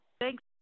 Thanks